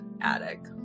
Attic